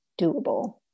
doable